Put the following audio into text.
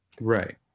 right